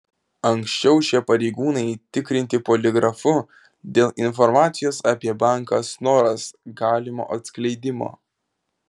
anksčiau šie pareigūnai tikrinti poligrafu dėl informacijos apie banką snoras galimo atskleidimo